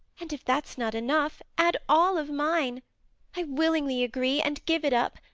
and if that's not enough, add all of mine i willingly agree, and give it up,